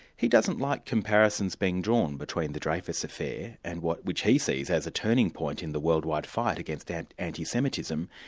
he doesn't like comparisons being drawn between the dreyfus affair, and which he sees as a turning point in the world-wide fight against and anti-semitism,